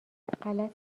غلط